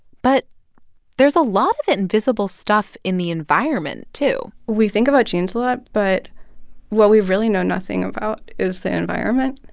but there's a lot of invisible stuff in the environment, too we think about genes a lot, but what we really know nothing about is the environment.